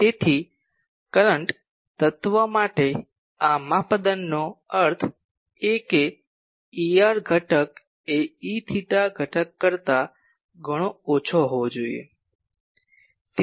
તેથી કરંટ તત્વ માટે આ માપદંડનો અર્થ એ કે Er ઘટક એ E𝜃 ઘટક કરતા ઘણો ઓછો હોવો જોઈએ